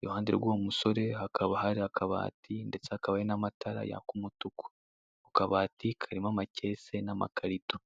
Iruhande rw'uwo musore hakaba hari akabati ndetse hakaba hari n'amatara yaka umutuku. Akabati karimo amakesi n'amakarito.